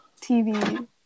TV